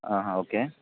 okay